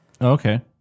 Okay